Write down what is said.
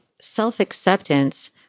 self-acceptance